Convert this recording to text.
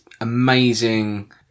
amazing